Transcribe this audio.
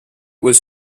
was